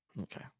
Okay